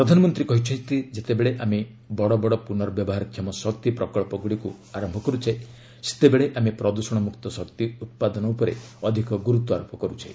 ପ୍ରଧାନମନ୍ତ୍ରୀ କହିଛନ୍ତି ଯେତେବେଳେ ଆମେ ବଡ଼ ବଡ଼ ପୁର୍ନବ୍ୟବହାର କ୍ଷମ ଶକ୍ତି ପ୍ରକଳ୍ପଗୁଡ଼ିକୁ ଆରମ୍ଭ କର୍ଛେ ସେତେବେଳେ ଆମେ ପ୍ରଦୂଷଣ ମୁକ୍ତ ଶକ୍ତି ଉତ୍ପାଦନ ଉପରେ ଅଧିକ ଗୁରୁତ୍ୱ ଆରୋପ କରୁଛେ